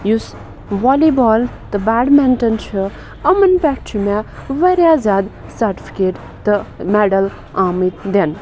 یُس والی بال تہٕ بیڈمِنٹَن چھُ یِمَن پٮ۪ٹھ چھُ مےٚ واریاہ زیادٕ سٹِفِکیٹ تہٕ میڈَل آ مٕتۍ دِنہٕ